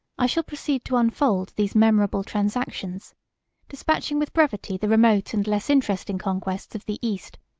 i shall proceed to unfold these memorable transactions despatching with brevity the remote and less interesting conquests of the east,